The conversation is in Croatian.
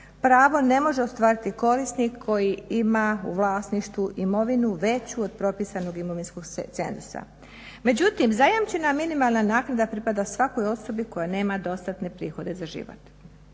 pravo ne može ostvariti korisnik koji ima u vlasništvu imovinu veću od propisanog imovinskog cenzusa. Međutim, zajamčena minimalna naknada pripada svakoj osobi koja nema dostatne prihode za život.